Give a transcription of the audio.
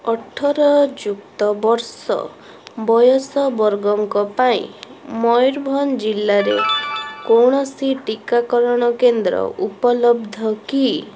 ଅଠରଯୁକ୍ତ ବର୍ଷ ବୟସ ବର୍ଗଙ୍କ ପାଇଁ ମୟୂରଭଞ୍ଜ ଜିଲ୍ଲାରେ କୌଣସି ଟିକାକରଣ କେନ୍ଦ୍ର ଉପଲବ୍ଧ କି